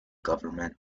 government